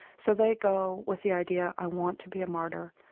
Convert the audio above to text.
so they go with the idea i want to be a martyr,